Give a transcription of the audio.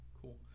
cool